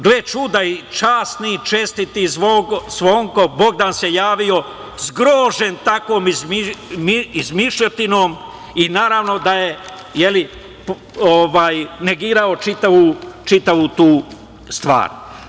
Gle čuda, časni i čestiti Zvonko Bogdan se javio zgrožen takvom izmišljotinom i naravno da je negirao čitavu tu stvar.